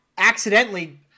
accidentally